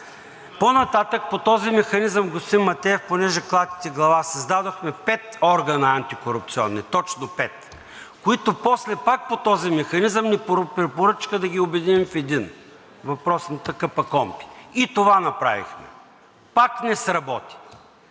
По-нататък по този механизъм, господин Матеев, понеже клатите глава, създадохме пет антикорупционни органа – точно пет, които после пак по този механизъм ни препоръчаха да ги обединим в един, въпросната КПКОНПИ. И това направихме – пак не сработи.